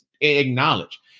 acknowledge